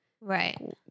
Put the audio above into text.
Right